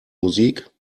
musik